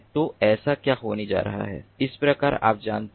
तो ऐसा क्या होने जा रहा है इसप्रकार आप जानते हैं